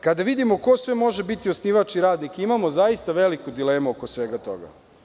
Kada vidimo ko sve može biti osnivač i radnik, imamo zaista veliku dilemu oko svega toga.